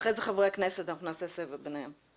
אחרי זה חברי הכנסת, נעשה סבב ביניהם.